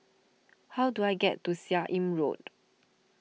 how do I get to Seah Im Road